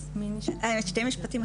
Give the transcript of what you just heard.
אז שתי משפטים,